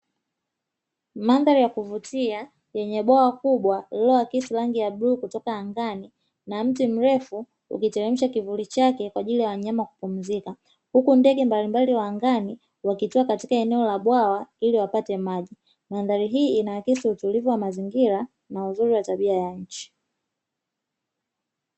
Mandhari ya kuvutia yenye bwawa kubwa lililoakisi rangi ya buluu kutoka angani na mti mrefu ukiteremsha kivuli chake kwa ajili ya wanyama kupumzika, huku ndege mbalimbali wa angani wakitua katika eneo la bwawa iliwapate maji. Mandhari hii inaakisi utulivu wa mazingira na uzuri wa tabia ya nchi.